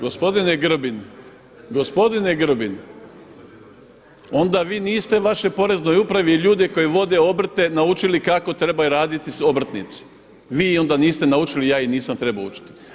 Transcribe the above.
Gospodine Grbin, gospodine Grbin, onda vi niste u vašoj poreznoj upravi i ljude koji vode obrte naučili kako trebaju raditi obrtnici, vi ih onda niste naučili, ja ih nisam trebao učiti.